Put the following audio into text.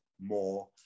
more